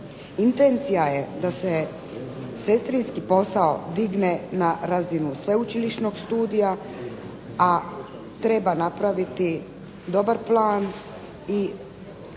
Intencija je da se sestrinski posao digne na razinu sveučilišnog studija, a treba napraviti dobar plan, i